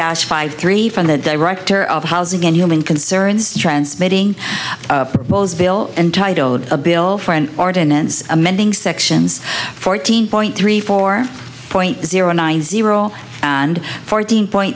dowse five three from the director of housing and human concerns transmitting polls bill entitled a bill for an ordinance amending sections fourteen point three four point zero nine zero and fourteen point